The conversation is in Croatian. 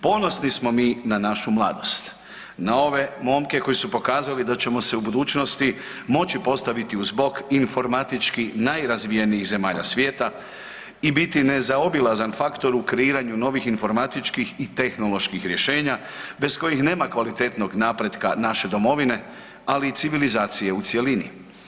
Ponosni smo mi na našu mladost, na ove momke koji su pokazali da ćemo se u budućnosti moći postaviti uz bok informatički najrazvijenijih zemalja svijeta i biti nezaobilazan faktor u kreiranju novih informatičkih i tehnoloških rješenja bez kojih nema kvalitetnog napretka naše domovine, ali i civilizacije u cjelini.